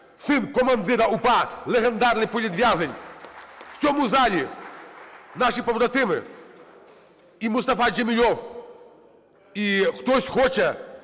син командира УПА, легендарний політв'язень. В цьому залі наші побратими і Мустафа Джемілєв. І хтось хоче